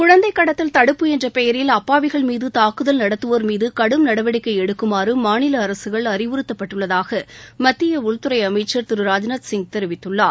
குழந்தை கடத்தல் தடுப்பு என்ற பெயரில் அப்பாவிகள் மீது தாக்குதல் நடத்தவோர் மீது கடும் நடவடிக்கை எடுக்குமாறு மாநில அரசுகள் அறிவுறுத்தப்பட்டுள்ளதாக மத்திய உள்துறை அமைச்சா திரு ராஜ்நாத்சிங் தெரிவித்துள்ளார்